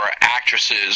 actresses